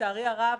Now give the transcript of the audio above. ולצערי הרב,